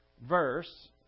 verse